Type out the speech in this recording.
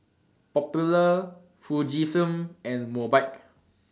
Popular Fujifilm and Mobike